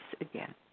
again